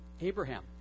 Abraham